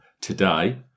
today